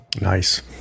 nice